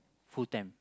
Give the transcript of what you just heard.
full time